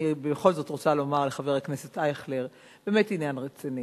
אני בכל זאת רוצה לומר לחבר הכנסת אייכלר באמת עניין רציני.